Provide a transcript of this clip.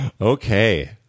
Okay